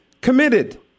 committed